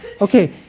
okay